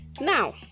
now